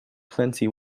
plenty